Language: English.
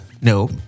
No